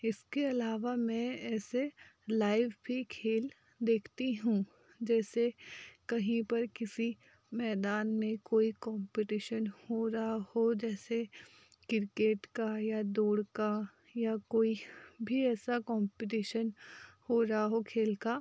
इसके अलावा मैं ऐसे लाइव भी खेल देखती हूँ जैसे कहीं पर किसी मैदान में कोई कॉम्पटीशन हो रहा हो जैसे किरकेट का या दौड़ का या कोई भी ऐसा कॉम्पटीशन हो रहा हो खेल का